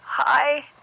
Hi